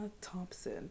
Thompson